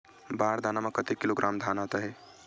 बार दाना में कतेक किलोग्राम धान आता हे?